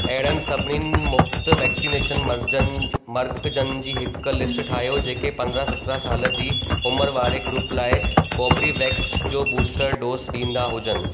अहिड़नि सभिनी मुफ़्ति वैक्सनेशन मर्जन मर्कज़नि जी हिकु लिस्ट ठाहियो जेके पंदरहां सतरहां साल जी उमिरि वारे ग्रूप लाइ कोर्बीवेक्स जो बूस्टर डोज़ ॾींदा हुजनि